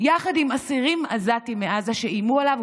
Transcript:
יחד עם אסירים עזתים, מעזה, שאיימו עליו.